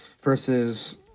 Versus